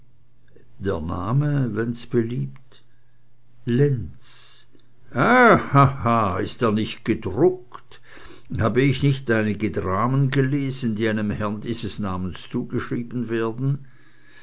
der name wenn's beliebt lenz ha ha ha ist er nicht gedruckt habe ich nicht einige dramen gelesen die einem herrn dieses namens zugeschrieben werden